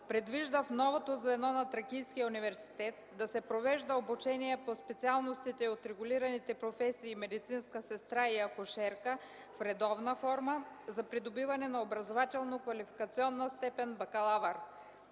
предвижда в новото звено на Тракийския университет да се провежда обучение по специалностите от регулираните професии „Медицинска сестра” и „Акушерка” в редовна форма за придобиване на образователно-квалификационна степен „бакалавър”.